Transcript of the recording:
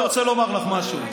אני רוצה לומר לך משהו.